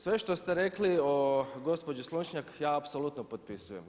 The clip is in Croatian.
Sve što ste rekli o gospođi Slonjšak ja apsolutno potpisujem.